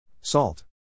Salt